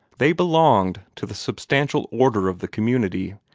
they belonged to the substantial order of the community,